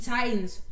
Titans